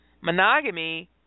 monogamy